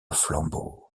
flambeaux